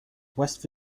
west